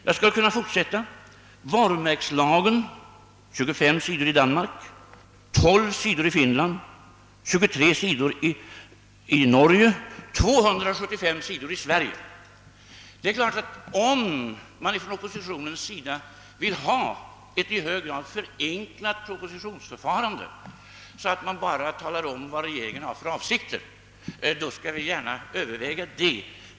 Jag skulle kunna fortsätta och tala om varumärkeslagen — 25 sidor i Danmark, 12 sidor i Finland, 23 sidor i Norge, 275 sidor i Sverige. Om man på oppositionens sida vill ha ett i hög grad förenklat propositionsförfarande så att man bara talar om vad regeringen har för avsikter, då skall vi givetvis gärna överväga det.